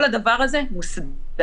כל הדבר הזה מוסדר.